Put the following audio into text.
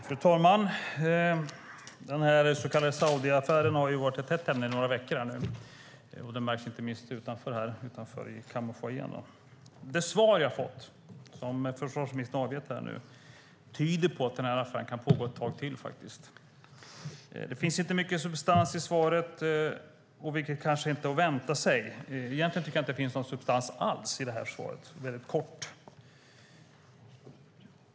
Fru talman! Den så kallade Saudiaffären har varit ett hett ämne i ett par veckor nu. Det märks inte minst här utanför i kammarfoajén. Det svar som försvarsministern har avgett här nu tyder på att affären kan pågå ett tag till. Det finns inte mycket substans i svaret, vilket kanske inte heller var att vänta sig. Egentligen tycker jag inte att det finns någon substans alls i svaret; det är väldigt kort.